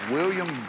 William